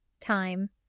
Time